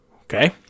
Okay